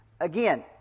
Again